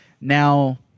Now